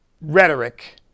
rhetoric